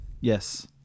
Yes